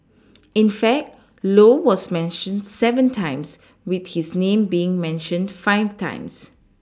in fact low was mentioned seven times with his name being mentioned five times